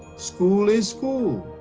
school is cool,